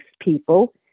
people